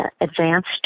advanced